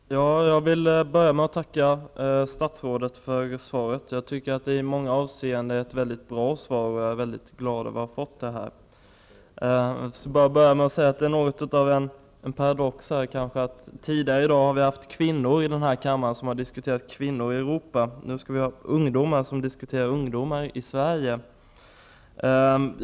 Herr talman! Jag vill börja med att tacka statsrådet för svaret. Jag tycker att det i många avseenden är ett mycket bra svar, och jag är mycket glad över att ha fått det. Det är något av en paradox att det tidigare i dag har varit kvinnor som har diskuterat kvinnor i Europa. Nu skall ungdomar diskutera ungdomar i Sverige.